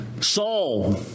Saul